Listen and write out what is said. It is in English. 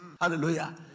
Hallelujah